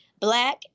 Black